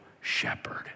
shepherd